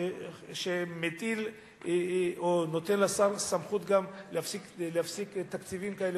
שמטיל או נותן לשר סמכות להפסיק תקציבים כאלה